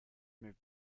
moved